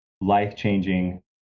life-changing